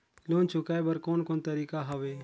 Loan चुकाए बर कोन कोन तरीका हवे?